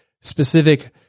specific